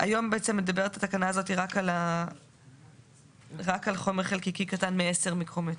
היום בעצם מדברת התקנה הזאת רק על חומר חלקיקי קטן מ-10 מיקרומטר.